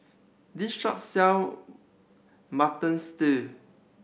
this shop sell Mutton Stew